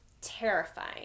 terrifying